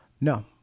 No